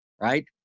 right